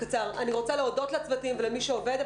אני רוצה להודות לצוותים ולמי שעובד,